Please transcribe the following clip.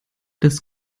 das